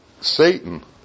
Satan